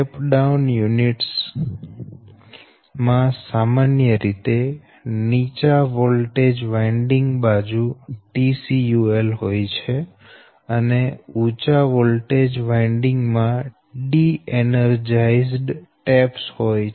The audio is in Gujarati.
સ્ટેપ ડાઉન યુનીટસ માં સામાન્ય રીતે નીચા વોલ્ટેજ વાઈન્ડિંગ બાજુ TCUL હોય છે અને ઉંચા વોલ્ટેજ વાઈન્ડિંગ માં ડી એનર્જાઇઝડ ટેપ્સ હોય છે